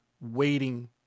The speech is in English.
waiting